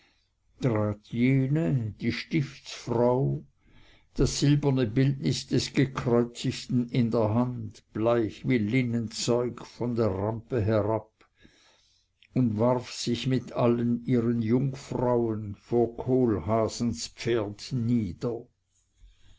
die stiftsfrau das silberne bildnis des gekreuzigten in der hand bleich wie linnenzeug von der rampe herab und warf sich mit allen ihren jungfrauen vor kohlhaasens pferd nieder